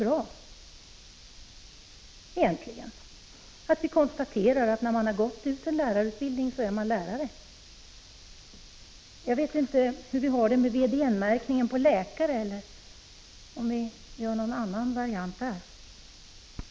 Är det egentligen inte ganska bra att kunna konstatera att man när man gått ut en lärarutbildning är lärare? Jag vet inte om det finns VDN-märkning på läkare eller om man har någon annan variant där.